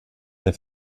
der